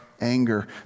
anger